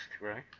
right